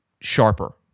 sharper